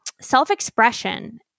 self-expression